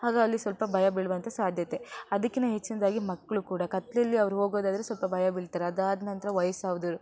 ಆಗ ಅಲ್ಲಿ ಸ್ವಲ್ಪ ಭಯ ಬೀಳುವಂತಹ ಸಾಧ್ಯತೆ ಅದಿಕ್ಕಿಂತ ಹೆಚ್ಚಿನದಾಗಿ ಮಕ್ಕಳು ಕೂಡ ಕತ್ತಲಲ್ಲಿ ಅವರು ಹೋಗೋದಾದರೆ ಸ್ವಲ್ಪ ಭಯ ಬೀಳ್ತಾರೆ ಅದಾದ ನಂತರ ವಯಸ್ಸಾದವ್ರು